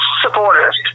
supporters